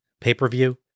pay-per-view